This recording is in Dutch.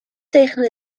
tegen